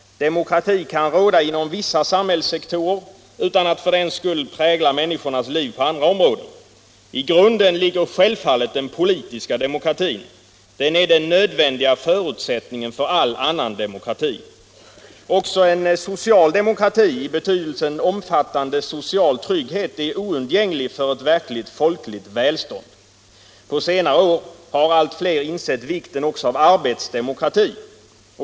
Demokrati kan råda inom vissa samhällssektorer utan att för den skull prägla människornas liv på andra områden. I grunden ligger självfallet den politiska demokratin. Den är den nödvändiga förutsättningen för all annan demokrati. Också en social demokrati i betydelsen omfattande social trygghet är oundgänglig för verkligt folkligt välstånd. På senare år har allt fler insett vikten också av arbetsdemokrati.